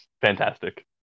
fantastic